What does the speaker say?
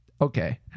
Okay